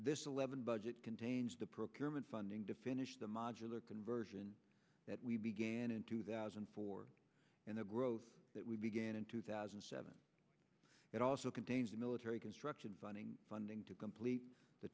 this eleven budget contains the procurement funding to finish the modular conversion that we began in two thousand and four and the growth that we began in two thousand and seven it also contains the military construction funding funding to complete the